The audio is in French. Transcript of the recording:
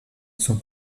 son